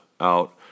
out